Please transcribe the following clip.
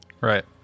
Right